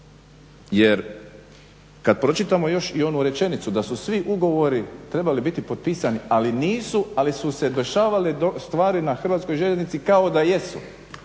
Jer kad pročitamo još i onu rečenicu da su svi ugovori trebali biti potpisani, ali nisu, ali su se dešavale stvari na HŽ-u kao da jesu